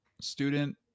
student